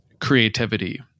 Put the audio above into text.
creativity